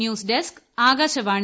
news desk Akashvani